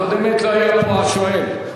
הקודמת, לא היה לנו עוד שואל.